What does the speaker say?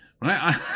Right